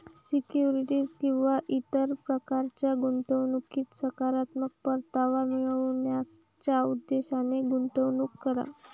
securities किंवा इतर प्रकारच्या गुंतवणुकीत सकारात्मक परतावा मिळवण्याच्या उद्देशाने गुंतवणूक करा